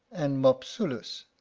and mopsulus